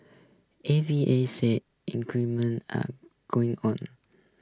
A V A said improvement are going on